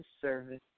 Service